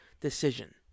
decision